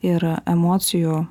ir emocijų